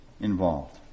involved